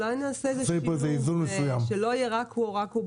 אולי נעשה איזה שילוב, שלא יהיה רק הוא או רק הוא.